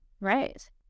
Right